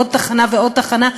עוד תחנה ועוד תחנה.